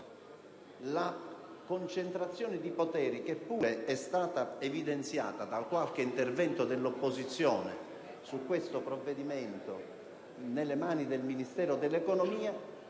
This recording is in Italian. la concentrazione di poteri, che pure è stata evidenziata da qualche intervento dell'opposizione su questo provvedimento, nelle mani del Ministero dell'economia